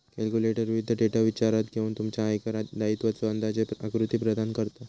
calculator विविध data विचारात घेऊन तुमच्या आयकर दायित्वाचो अंदाजे आकृती प्रदान करता